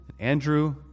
Andrew